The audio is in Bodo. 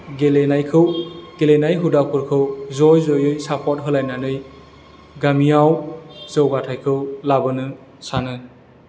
गेलेनायखौ गेलेनाय हुदाफोरखौ ज' ज'यै सापर्ट होलायनानै गामियाव जौगाथायखौ लाबोनो सानो